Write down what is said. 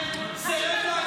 ראש הממשלה שלך